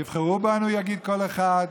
תבחרו בנו, יגיד כל אחד,